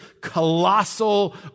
colossal